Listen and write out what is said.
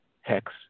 hex